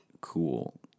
cool